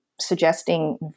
suggesting